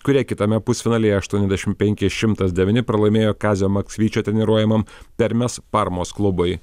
kurie kitame pusfinalyje aštuoniasdešimt penki šimtas devyni pralaimėjo kazio maksvyčio treniruojamam permės parmos klubui